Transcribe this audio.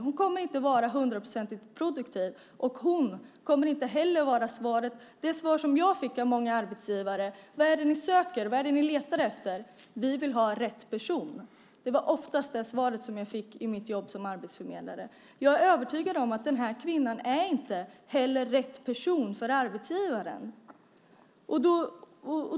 Hon kommer inte att vara hundraprocentigt produktiv. Det svar som jag fick av många arbetsgivare när jag frågade vad det var de sökte, vad de letade efter var: Vi vill ha rätt person. Det var oftast det svar som jag fick i mitt jobb som arbetsförmedlare. Jag är övertygad om att den här kvinnan inte är rätt person för arbetsgivaren.